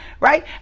Right